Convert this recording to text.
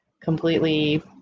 completely